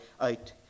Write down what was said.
out